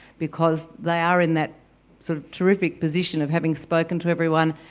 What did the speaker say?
because they are in that so terrific position of having spoken to everyone,